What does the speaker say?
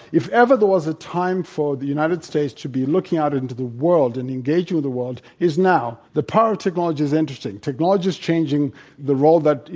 if ever there was a time for the united states to be looking out into the world and engaging with the world is now. the power of technology is interesting. technology is changing the role that, you